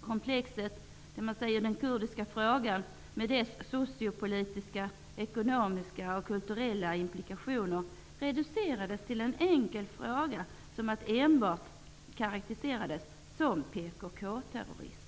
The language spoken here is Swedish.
Komplexet ''den kurdiska frågan' med dess sociopolitiska, ekonomiska och kulturella implikationer reducerades till en enkel fråga och karakteriseras enbart som PKK-terrorism.''